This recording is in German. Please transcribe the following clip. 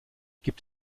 gibt